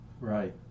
Right